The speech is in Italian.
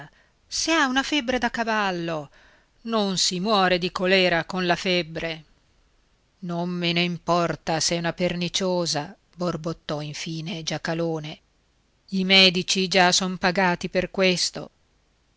se ha una febbre da cavallo non si muore di colèra con la febbre non me ne importa s'è una perniciosa borbottò infine giacalone i medici già son pagati per questo